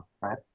right